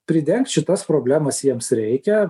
pridengt šitas problemas jiems reikia